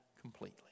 completely